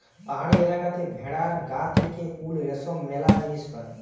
পাহাড়ি এলাকাতে ভেড়ার গা থেকে উল, রেশম ম্যালা জিনিস পায়